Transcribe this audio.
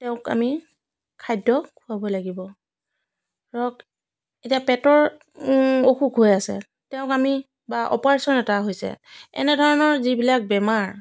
তেওঁক আমি খাদ্য খোৱাব লাগিব ধৰক এতিয়া পেটৰ অসুখ হৈ আছে তেওঁক আমি বা অপাৰেচন এটা হৈছে এনেধৰণৰ যিবিলাক বেমাৰ